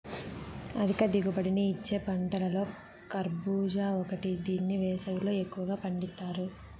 అధిక దిగుబడిని ఇచ్చే పంటలలో కర్భూజ ఒకటి దీన్ని వేసవిలో ఎక్కువగా పండిత్తారు